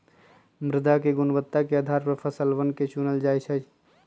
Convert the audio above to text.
मृदा के गुणवत्ता के आधार पर फसलवन के चूनल जा जाहई